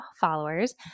followers